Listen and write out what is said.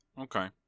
Okay